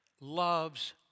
loves